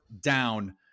down